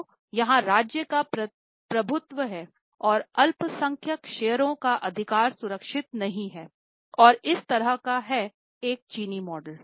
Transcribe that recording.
तो यहाँ राज्य का प्रभुत्व हैं और अल्पसंख्यक शेयरधारकों का अधिकार सुरक्षित नहीं हैं और इस तरह का है एक चीनी मॉडल